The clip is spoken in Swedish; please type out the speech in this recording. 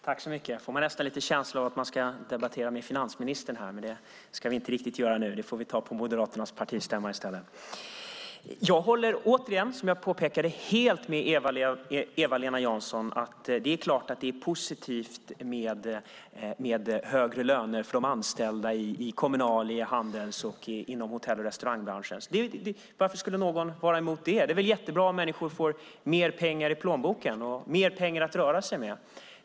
Fru talman! Nu får man nästan en känsla av att man ska debattera med finansministern, men det ska jag inte göra nu. Det får vi ta på Moderaternas partistämma i stället. Jag håller återigen, som jag påpekade, helt med Eva-Lena Jansson om att det är positivt med högre löner för de anställda inom Kommunal, Handels och hotell och restaurangbranschen. Varför skulle någon vara emot det? Det är väl jättebra om människor får mer pengar i plånboken och mer pengar att röra sig med.